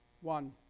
one